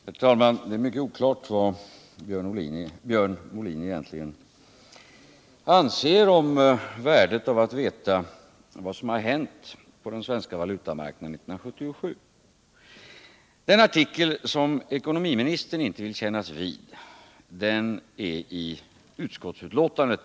Herr talman! Det är mycket oklart vad Björn Molin egentligen anser om värdet av att veta vad som har hänt på den svenska valutamarknaden 1977. Den artikel som ckonomiministern inte vill kännas vid är till fyllest relaterad i utskottsbetänkandet.